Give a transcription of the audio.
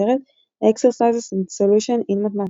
הכותרת "Exercises and Solution in Mathematics".